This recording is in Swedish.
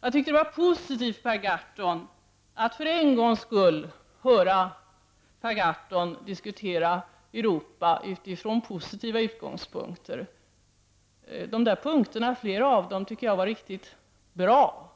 Jag tyckte att det var positivt att för en gångs skull höra Per Gahrton diskutera Europa från positiva utgångspunkter. Flera av de där punkterna tycker jag var riktigt bra.